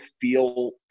feel